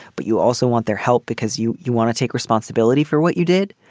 but you also want their help because you you want to take responsibility for what you did.